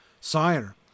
Sire